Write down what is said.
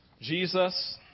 Jesus